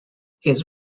his